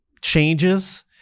changes